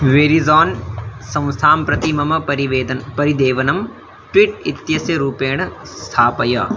Verizon संस्थां प्रति मम परिवेदनं परिदेवनं ट्विट् इत्यस्य रूपेण स्थापय